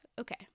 Okay